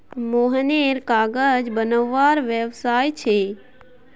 मोहनेर कागज बनवार व्यवसाय छे